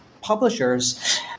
publishers